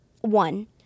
one